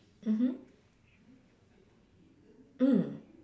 mmhmm mm